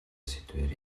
сэдвээр